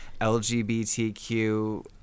LGBTQ